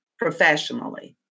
Professionally